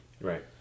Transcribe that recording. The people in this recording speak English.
Right